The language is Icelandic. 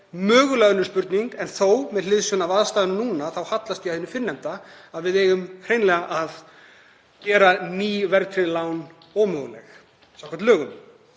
mögulega önnur spurning en þó, með hliðsjón af aðstæðum núna, hallast ég að hinu fyrrnefnda, að við eigum hreinlega að gera ný verðtryggð lán ómöguleg samkvæmt lögum.